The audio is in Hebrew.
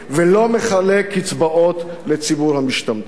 ולא מחלק קצבאות לציבור המשתמטים,